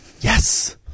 Yes